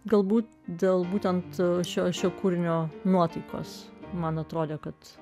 galbūt dėl būtent šio šio kūrinio nuotaikos man atrodė kad